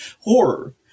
horror